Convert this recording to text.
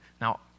now